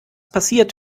passiert